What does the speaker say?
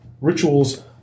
rituals